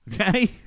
okay